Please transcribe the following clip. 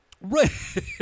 Right